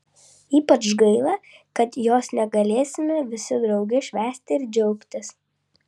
ypač gaila kad jos negalėsime visi drauge švęsti ir džiaugtis